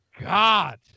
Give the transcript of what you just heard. God